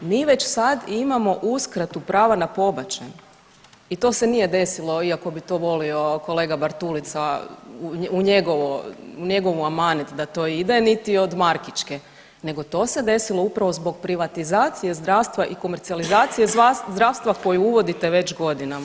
Mi već sad imamo uskratu prava na pobačaj i to se nije desilo, iako bi to volio kolega Bartulica u njegov amanet da to ide niti od Markićke, nego to se desilo upravo zbog privatizacije zdravstva i komercijalizacije zdravstva koje uvodite već godinama.